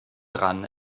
dran